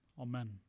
Amen